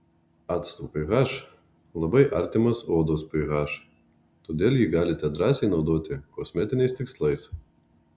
acto ph labai artimas odos ph todėl jį galite drąsiai naudoti kosmetiniais tikslais